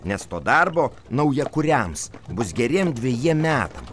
nes to darbo naujakuriams bus geriem dvejiem metam